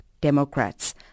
Democrats